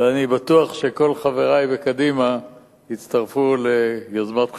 ואני בטוח שכל חברי מקדימה יצטרפו ליוזמות חקיקה.